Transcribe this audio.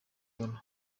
abona